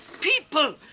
people